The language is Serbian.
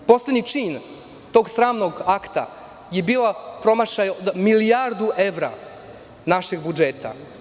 Poslednji čin tog sramnog akta je bio promašaj od milijardu evra našeg budžeta.